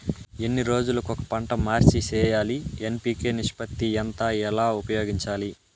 ఎన్ని రోజులు కొక పంట మార్చి సేయాలి ఎన్.పి.కె నిష్పత్తి ఎంత ఎలా ఉపయోగించాలి?